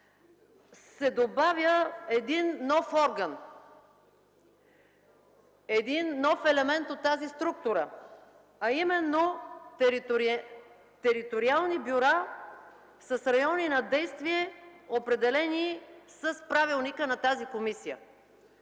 се добавя един нов орган, нов елемент от тази структура, а именно териториални бюра с райони на действие, определени с правилника на тази комисия.